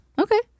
okay